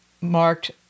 marked